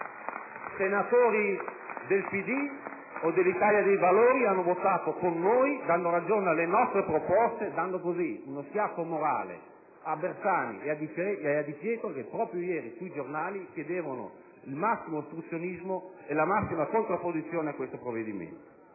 Senatori del PD o dell'Italia dei valori hanno votato con noi, dando ragione alle nostre proposte e dando così uno schiaffo morale a Bersani e a Di Pietro, che proprio ieri sui giornali chiedevano il massimo ostruzionismo e la massima contrapposizione a questo provvedimento.